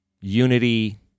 unity